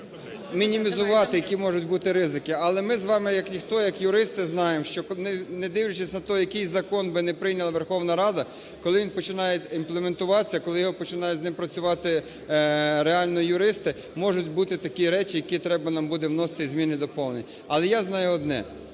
мінімізувати, які можуть бути ризики. Але ми з вами, як ніхто, як юристи знаємо, що не дивлячись на то, який би закон не прийняла Верховна Рада, коли він починає імплементуватись, коли з ним починають працювати реально юристи, можуть бути такі речі, які треба нам буде вносити зміни і доповнення. Але я знаю одне…